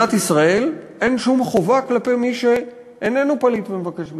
שלמדינת ישראל אין שום חובה כלפי מי שאיננו פליט ומבקש מקלט,